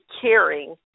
caring